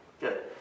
Good